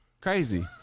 crazy